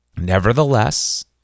Nevertheless